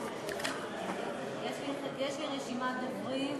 יש לי רשימת דוברים,